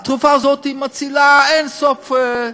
התרופה הזאת מצילה אין-סוף.